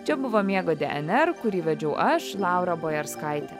čia buvo miego dnr kurį vedžiau aš laura bojarskaitė